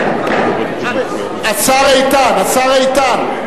השר איתן, השר איתן.